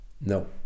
No